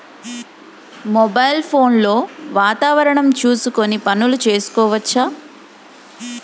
Mobile phone లో వాతావరణం చూసుకొని పనులు చేసుకోవచ్చా?